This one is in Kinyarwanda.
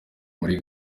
muri